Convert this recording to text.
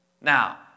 Now